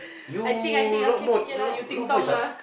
you loud mode loud loud voice ah